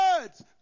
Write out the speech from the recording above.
words